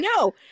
no